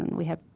and we have,